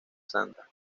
santa